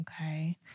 Okay